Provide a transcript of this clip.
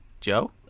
Joe